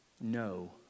no